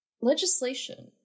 legislation